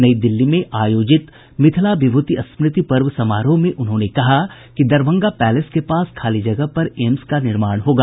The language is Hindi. नई दिल्ली में आयोजित मिथिला विभूति स्मृति पर्व समारोह में उन्होंने कहा कि दरभंगा पैलेस के पास खाली जगह पर एम्स का निर्माण होगा